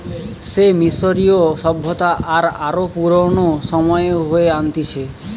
সে মিশরীয় সভ্যতা আর আরো পুরানো সময়ে হয়ে আনতিছে